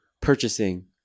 purchasing